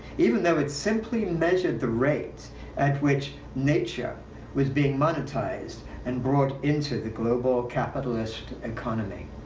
even though it's simply measured the rate at which nature was being monetized and brought into the global capitalist economy.